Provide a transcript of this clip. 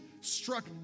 struck